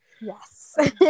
yes